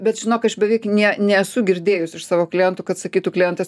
bet žinok aš beveik ne nesu girdėjus iš savo klientų kad sakytų klientas